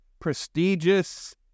prestigious